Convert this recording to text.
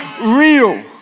real